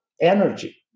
energy